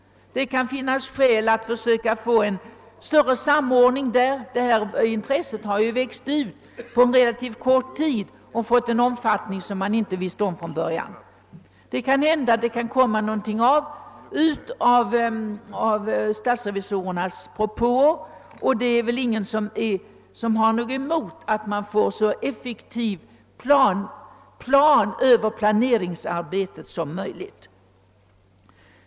Intresset för dessa frågor har ju på mycket kort tid växt ut i tidigare oanad omfattning. Det kan hända att statsrevisorernas förslag leder till något resultat, och det är väl ingen som har något emot att planeringsarbetet får en så effektiv uppläggning som möjligt.